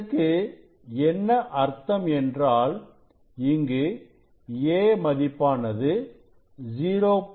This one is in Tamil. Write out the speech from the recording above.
இதற்கு என்ன அர்த்தம் என்றால் இதற்கு a மதிப்பானது 0